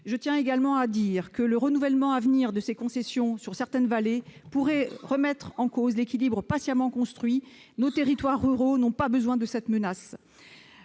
Je tiens également à préciser que le renouvellement des concessions dans certaines vallées pourrait remettre en cause l'équilibre patiemment construit : nos territoires ruraux n'ont pas besoin de cette menace